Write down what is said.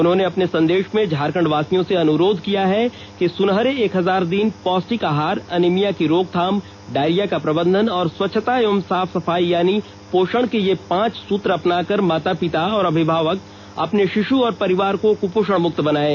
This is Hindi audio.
उन्होंने अपने संदेश में झारखंड वासियों से अनुरोध किया है कि सुनहरे एक हजार दिन पौष्टिक आहार अनिभिया की रोकथाम डायरिया का प्रबंधन और स्वच्छता एवं साफ ैसफाई यानी पोषण के ये पांच सूत्र अपनाकर माता पिता और अभिभावक अपने शिशु और परिवार को कुपोषण मुक्त बनाएं